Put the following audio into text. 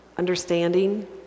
understanding